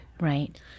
right